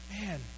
man